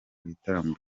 ibitaramo